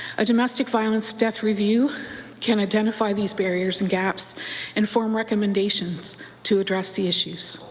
a domestic violence death review can identify these barriers and gaps and form recommendations to address the issues.